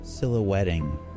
Silhouetting